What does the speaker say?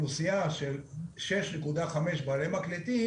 לאוכלוסייה של 6.5 מיליון בעלי מקלטים,